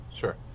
Sure